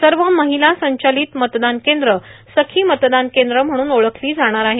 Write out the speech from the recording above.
सव माहला संचालत मतदान कद्र सखी मतदान कद्र म्हणून ओळखली जाणार आहेत